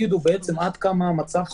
שנראה שזה יגיע אלינו בצורה מסודרת וברורה.